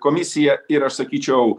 komisiją ir aš sakyčiau